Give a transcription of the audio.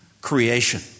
Creation